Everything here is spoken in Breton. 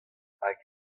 hag